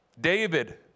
David